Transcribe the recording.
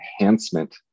enhancement